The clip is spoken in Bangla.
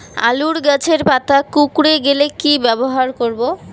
আলুর গাছের পাতা কুকরে গেলে কি ব্যবহার করব?